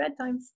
bedtimes